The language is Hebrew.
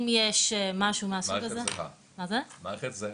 אם יש משהו מהסוג הזה --- מערכת זהה.